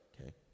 Okay